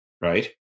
right